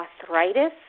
arthritis